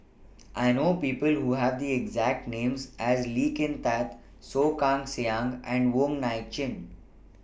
I know People Who Have The exact Names as Lee Kin Tat Soh Kay Siang and Wong Nai Chin